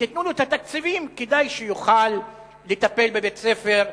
ותיתנו לו את התקציבים כדי שיוכל לטפל בבית-ספר,